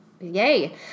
yay